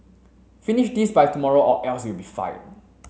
finish this by tomorrow or else you'll be fired